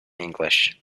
english